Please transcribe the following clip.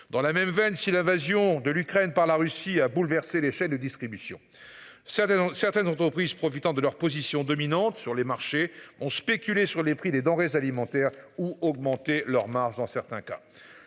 dans la même veine, si l'invasion de l'Ukraine par la Russie a bouleversé les chaînes de distribution. Certains, dans certaines entreprises profitant de leur position dominante sur les marchés ont spéculé sur les prix des denrées alimentaires ou augmenter leur marges dans certains cas,